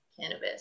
cannabis